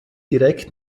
direkt